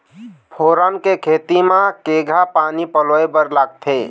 फोरन के खेती म केघा पानी पलोए बर लागथे?